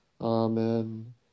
Amen